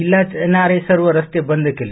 जिल्ह्यात येणारे सर्वं रस्ते बंद केले